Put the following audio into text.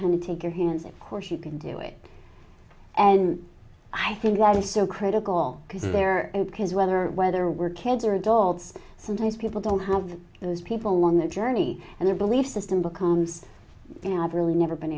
to take your hands of course you can do it and i think that is so critical because there is whether whether we're kids or adults sometimes people don't have those people on their journey and their belief system becomes they have really never been